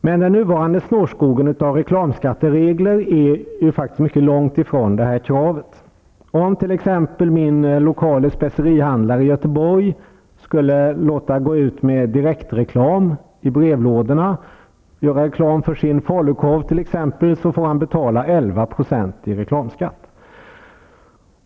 Men den nuvarande snårskogen av reklamskatteregler är faktiskt mycket långt ifrån det kravet. Om t.ex. min lokale specerihandlare i Göteborg gör reklam för sin falukorv genom att låta gå ut med direktreklam i brevlådorna får han betala 11 % i reklamskatt.